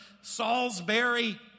Salisbury